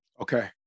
Okay